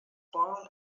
born